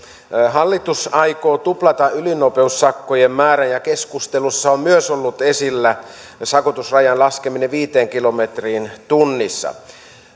hallitus aikoo tuplata ylinopeussakkojen määrän ja keskustelussa on ollut esillä myös sakotusrajan laskeminen viiteen kilometriin tunnissa